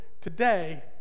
today